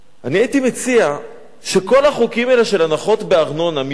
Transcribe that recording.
אני הייתי מציע שכל החוקים האלה של הנחות בארנונה מתוך